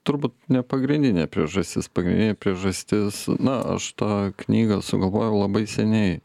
turbūt ne pagrindinė priežastis pagrindinė priežastis na aš tą knygą sugalvojau labai seniai